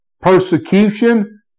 persecution